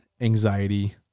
anxiety